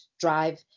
drive